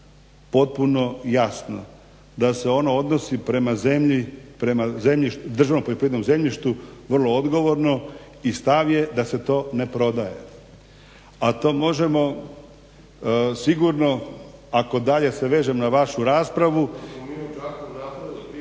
potpuno jasno. Da se ono odnosi prema zemlji, prema državnom poljoprivrednom zemljištu vrlo odgovorno i stav je da se to ne prodaje, a to možemo sigurno, ako dalje se vežem na vašu raspravu